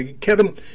Kevin